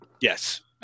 Yes